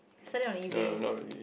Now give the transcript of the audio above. sell it on eBay